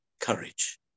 courage